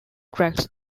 tracks